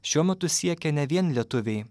šiuo metu siekia ne vien lietuviai